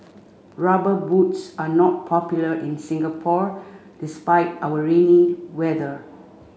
rubber boots are not popular in Singapore despite our rainy weather